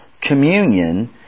communion